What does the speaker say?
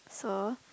so